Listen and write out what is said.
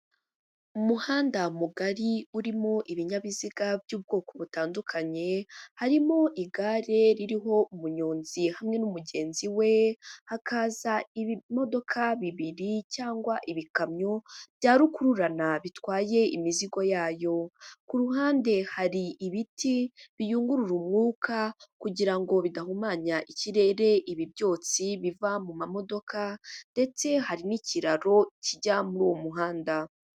Umuhanda mugari urimo ibinyabiziga by'ubwoko butandukanye, harimo igare ririho umuyonzi hamwe n'umugenzi we, hakaza ibimodoka bibiri cyangwa ibikamyo bya rukururana bitwaye imizigo yayo, ku ruhande hari ibiti biyungurura umwuka kugira ngo bidahumanya ikirere, ibi ibyotsi biva mu mamodoka ndetse hari n'ikiraro kijya muri uwo muhanda.